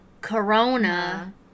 Corona